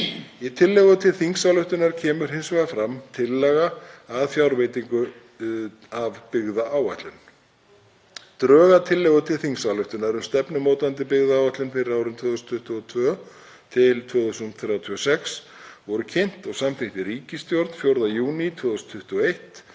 Í tillögu til þingsályktunar kemur hins vegar fram tillaga að fjárveitingu af byggðaáætlun. Drög að tillögu til þingsályktunar um stefnumótandi byggðaáætlun fyrir árin 2022–2036 voru kynnt og samþykkt í ríkisstjórn 4. júní 2021